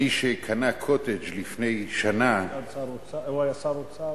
מי שקנה "קוטג'" לפני שנה, הוא היה שר האוצר.